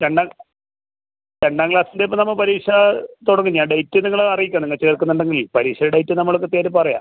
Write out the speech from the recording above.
രണ്ടാം രണ്ടാം ക്ലാസ്സിൻ്റെ ഇപ്പോൾ നമ്മൾ പരീക്ഷ തുടങ്ങും ഞാൻ ഡേറ്റ് നിങ്ങളെ അറിയിക്കാം നിങ്ങൾ ചേർക്കുന്നുണ്ടെങ്കിൽ പരീക്ഷ ഡേറ്റ് നമ്മൾ കൃത്യം ആയിട്ട് പറയാം